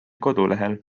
kodulehel